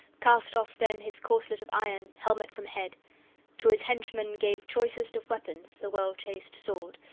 cast off then his corselet of iron, helmet from head to his henchman gave, choicest of weapons, the well-chased sword,